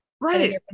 Right